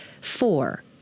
four